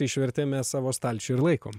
išvertėm mes savo stalčių ir laikom